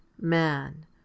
MAN